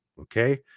Okay